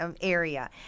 area